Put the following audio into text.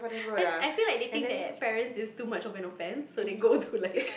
I I feel like they think that parents is like too much of an offense so they go to like